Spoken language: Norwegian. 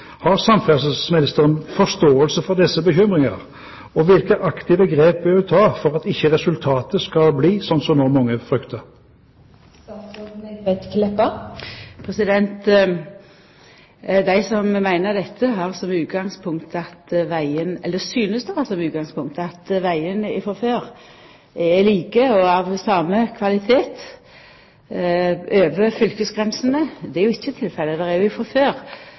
Har samferdselsministeren forståelse for disse bekymringene? Og hvilke aktive grep vil hun ta for at ikke resultatet skal bli sånn som nå mange frykter? Dei som meiner dette, synest å ha som utgangspunkt at vegane frå før er like og av same kvalitet over fylkesgrensene. Det er jo ikkje tilfellet. Det er jo frå før